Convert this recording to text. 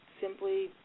simply